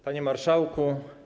Panie Marszałku!